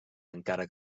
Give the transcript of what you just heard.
encara